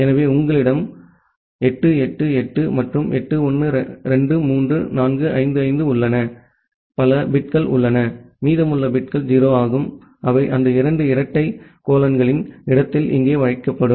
எனவே உங்களிடம் 8888 மற்றும் 8 1 2 3 4 5 5 உள்ளன பல பிட்கள் உள்ளன மீதமுள்ள பிட்கள் 0 ஆகும் அவை அந்த இரண்டு இரட்டை கோலன்களின் இடத்தில் இங்கே வைக்கப்படும்